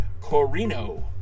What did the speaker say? Corino